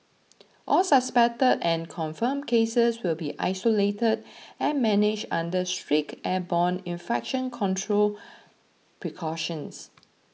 all suspected and confirmed cases will be isolated and managed under strict airborne infection control precautions